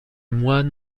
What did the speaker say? moines